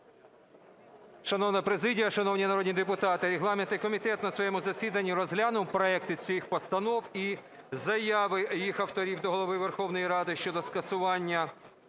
Шановна президія! Шановні народні депутати! Регламентний комітет на своєму засіданні розглянув проекти цих постанов і заяви їх авторів до Голови Верховної Ради щодо скасування